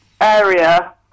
area